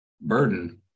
burden